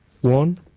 One